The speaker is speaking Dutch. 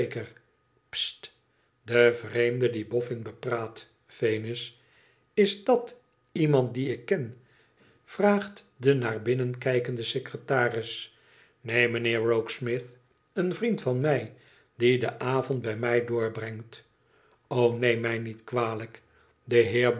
de vreemde die bofün bepraat venus is dat iemand dien ik ken vraagt de naar binnen kijkende secretaris neen mijnheer rokesmith een vriend van mij die den avond bij mij doorbrengt neem mij niet kwalijk de heer